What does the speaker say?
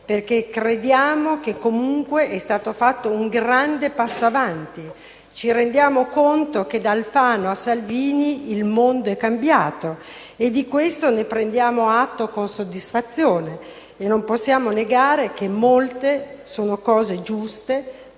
perché crediamo che comunque sia stato fatto un grande passo avanti. Ci rendiamo conto che da Alfano a Salvini il mondo è cambiato e di questo ne prendiamo atto con soddisfazione e non possiamo negare che molte sono cose giuste